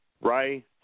Ray